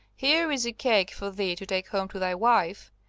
here is a cake for thee to take home to thy wife,